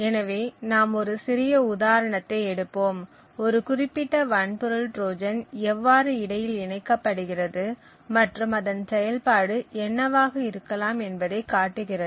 எனவே நாம் ஒரு சிறிய உதாரணத்தை எடுப்போம் ஒரு குறிப்பிட்ட வன்பொருள் ட்ரோஜன் எவ்வாறு இடையில் இணைக்கப்படுகிறது மற்றும் அதன் செயல்பாடு என்னவாக இருக்கலாம் என்பதை காட்டுகிறது